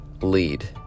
lead